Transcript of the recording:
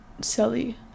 silly